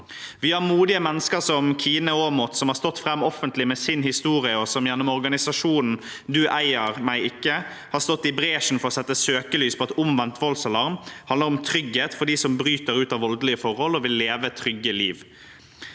Vi har modige mennesker som Kine Aamodt, som har stått fram offentlig med sin historie, og som gjennom organisasjonen «Du eier meg ikke» har gått i bresjen for å sette søkelyset på at omvendt voldsalarm handler om trygghet for dem som bryter ut av voldelige forhold og vil leve et trygt liv.